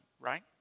right